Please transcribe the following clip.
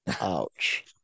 Ouch